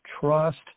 trust